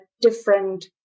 different